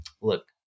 Look